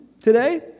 today